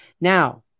Now